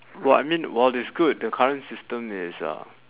well I mean while it's good the current system is uh